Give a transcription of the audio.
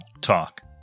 talk